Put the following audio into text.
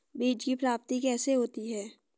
बीज की प्राप्ति कैसे होती है?